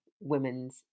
women's